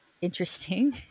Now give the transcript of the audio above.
interesting